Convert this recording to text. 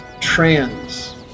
trans